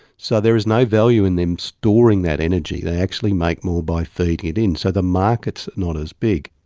so there is no value in them storing that energy, they actually make more by feeding it in. so the market's not as big.